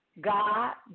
God